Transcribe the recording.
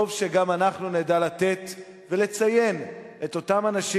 טוב שגם אנחנו נדע לתת ולציין את אותם אנשים.